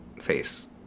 face